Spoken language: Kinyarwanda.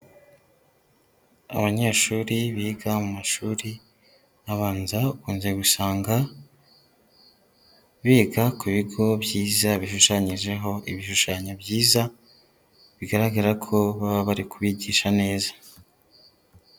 Abanyeshuri biga mu mashuri abanza ukunze gusanga biga ku bigo byiza bishushanyijeho ibishushanyo byiza, bigaragara ko baba bari kubigisha neza.